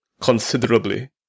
considerably